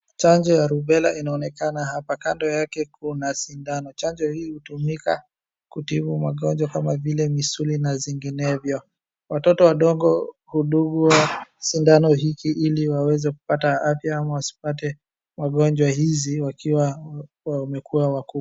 Chanjo ya Rubela inaonekana hapa. Kando yake kuna sindano .Chanjo hii hutumika kutibu magonjwa kama vile misuli na zinginevyo. Watoto wandogo hudungwa sindano hiki ili waweze kupata afya ama wasipate magonjwa hizi wakiwa wakuwa wamekuwa wakubwa.